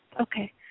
Okay